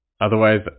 Otherwise